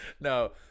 No